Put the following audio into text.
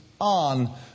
on